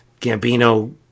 Gambino